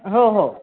हो हो